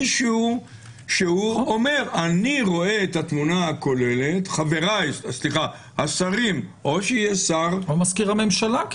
מישהו שהוא אומר: אני רואה את התמונה הכוללת --- או מזכיר הממשלה,